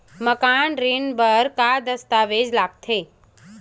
मकान ऋण बर का का दस्तावेज लगथे?